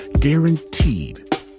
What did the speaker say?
Guaranteed